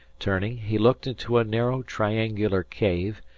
turning, he looked into a narrow, triangular cave,